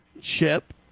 chip